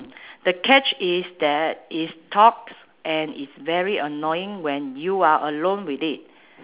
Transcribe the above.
the catch is that it's talks and it's very annoying when you are alone with it